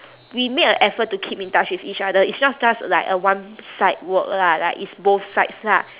we made a effort to keep in touch with each other it's not just like a one side work lah like it's both sides lah